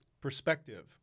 perspective